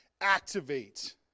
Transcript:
activate